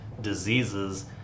diseases